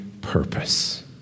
purpose